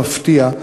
במפתיע,